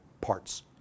parts